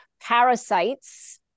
Parasites